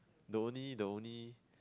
the only the only